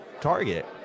target